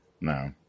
No